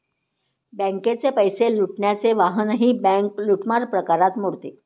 बँकेचे पैसे लुटण्याचे वाहनही बँक लूटमार प्रकारात मोडते